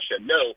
No